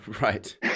Right